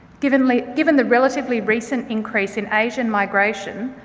given like given the relatively recent increase in asian migration,